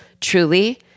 Truly